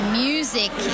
music